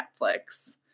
Netflix